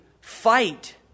fight